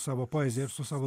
savo poezija ir su savo